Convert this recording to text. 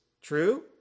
True